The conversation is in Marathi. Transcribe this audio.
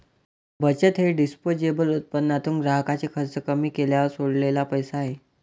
बचत हे डिस्पोजेबल उत्पन्नातून ग्राहकाचे खर्च कमी केल्यावर सोडलेला पैसा आहे